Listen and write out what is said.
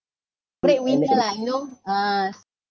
breadwinner lah you know uh